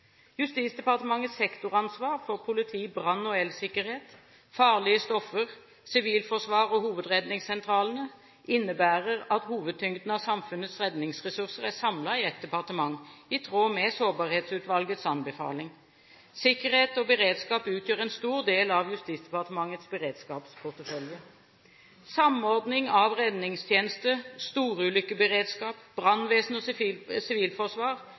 Justisdepartementets sektoransvar for politi, brann- og elsikkerhet, farlige stoffer, sivilforsvar og hovedredningssentralene innebærer at hovedtyngden av samfunnets redningsressurser er samlet i ett departement, i tråd med Sårbarhetsutvalgets anbefaling. Sikkerhet og beredskap utgjør en stor del av Justisdepartementets beredskapsportefølje. Samordning av redningstjeneste, storulykkeberedskap, brannvesen og sivilforsvar